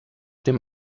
dem